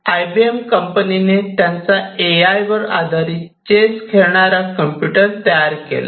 I B M या कंपनीने त्यांचा ए आय वर आधारित चेस खेळणारा कम्प्युटर तयार केला